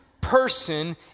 person